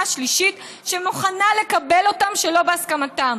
שלישית שמוכנה לקבל אותם שלא בהסכמתם.